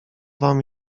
wam